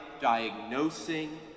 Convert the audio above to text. diagnosing